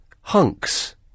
hunks